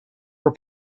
were